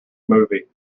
movie